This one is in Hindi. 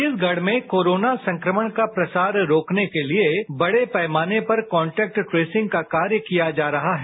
छत्तीसगढ़ में कोरोना संक्रमण का प्रसार रोकने के लिए बड़े पैमाने पर कॉन्टेक्ट ट्रेसिंग का कार्य किया जा रहा है